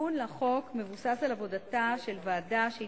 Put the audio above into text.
התיקון לחוק מבוסס על עבודתה של ועדה-גושן,